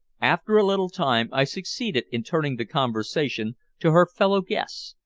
after a little time i succeeded in turning the conversation to her fellow guests,